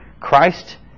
Christ